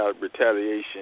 retaliation